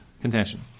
contention